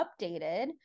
updated